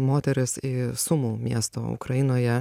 moteris į sumu miestą ukrainoje